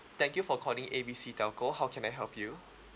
thank you for calling A B C telco how can I help you